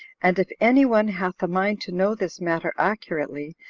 and if any one hath a mind to know this matter accurately,